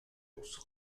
болсо